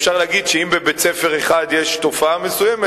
אפשר להגיד שאם בבית-ספר אחד יש תופעה מסוימת,